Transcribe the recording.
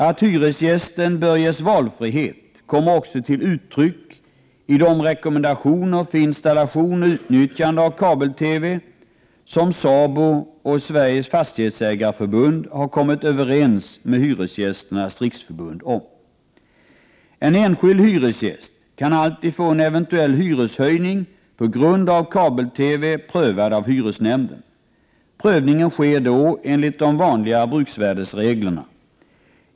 Att hyresgästen bör ges valfrihet kommer också till uttryck i de rekommendationer för installation och utnyttjande av kabel-TV som SABO och Sveriges fastighetsägareförbund har kommit överens med Hyresgästernas riksförbund om. En enskild hyresgäst kan alltid få en eventuell hyreshöjning på grund av kabel-TV prövad av hyresnämnden. Prövningen sker då enligt de vanliga bruksvärdesreglerna.